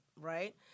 Right